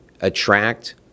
attract